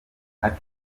ati